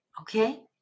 Okay